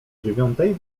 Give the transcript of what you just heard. dziewiątej